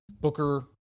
Booker